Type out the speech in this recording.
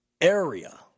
area